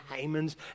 Hamans